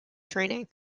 training